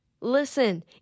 Listen